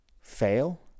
fail